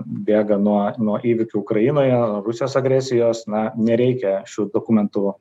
bėga nuo nuo įvykių ukrainoje rusijos agresijos na nereikia šių dokumentų